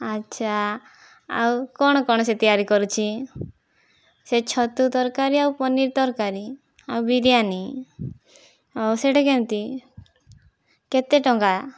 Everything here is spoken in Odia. ଆଚ୍ଛା ଆଉ କ'ଣ କ'ଣ ସେ ତିଆରି କରୁଛି ସେ ଛତୁ ତରକାରୀ ଆଉ ପନିର ତରକାରୀ ଆଉ ବିରିୟାନୀ ଆଉ ସେହିଟା କେମିତି କେତେ ଟଙ୍କା